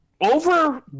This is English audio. over